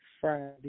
Friday